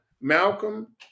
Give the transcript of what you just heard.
Malcolm